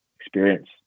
experience